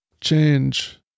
Change